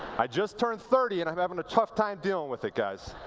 i just turned thirty, and i'm having a tough time dealing with it, guys.